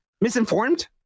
Misinformed